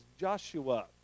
Joshua